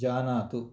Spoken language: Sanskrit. जानातु